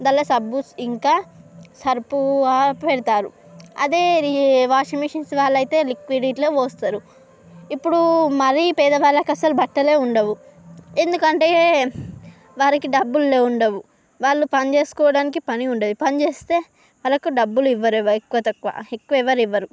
దాంట్లో సబ్బు ఇంకా సర్ఫ్ ఆ పెడతారు అదే ఈ వాషింగ్ మిషన్స్ వాళ్ళైతే లిక్విడ్ ఇట్లా పోస్తారు ఇప్పుడు మరీ పేదవాళ్ళకు అసలు బట్టలే ఉండవు ఎందుకంటే వారికి డబ్బులు ఉండవు వాళ్ళు పని చేసుకోవడానికి పని ఉండదు పని చేస్తే వాళ్ళకి డబ్బులు ఇవ్వరు ఎవ్వరు ఎక్కువ తక్కువ ఎక్కువ ఎవరు ఇవ్వరు